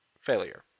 failure